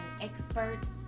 experts